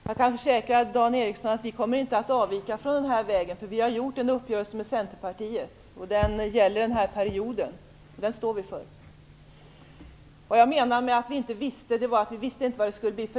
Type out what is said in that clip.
Fru talman! Jag kan försäkra Dan Ericsson att vi inte kommer att avvika från den här vägen. Vi har gjort en uppgörelse med Centerpartiet, och den gäller den här perioden. Den står vi för. Vad jag menar med att vi inte visste är att vi inte visste hur resultatet skulle bli.